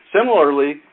Similarly